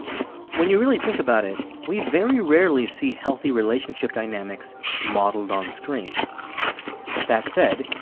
when you really think about it, we very rarely see healthy relationship dynamics modeled on screen that said,